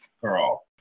girl